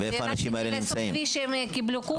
רק כדי שייכנס בלי שקיבלו קורסים?